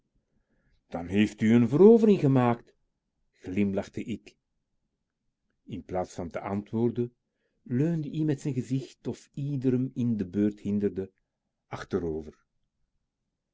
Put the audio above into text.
dan heeft u n verovering gemaakt glimlachte k in plaats van te antwoorden leunde ie met n gezicht of ieder m in de buurt hinderde